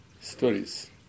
stories